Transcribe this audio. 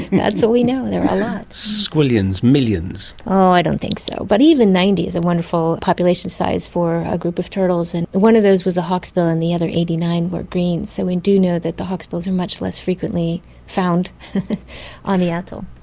that's what we know, there are lots. squillions, millions. i don't think so, but even ninety is a wonderful population size for a group of turtles. and one of those was a hawksbill and the other eighty nine were green, so we do know that the hawksbills are much less frequently found on the atoll.